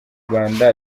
rwanda